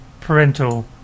parental